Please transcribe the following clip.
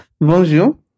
Bonjour